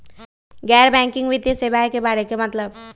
गैर बैंकिंग वित्तीय सेवाए के बारे का मतलब?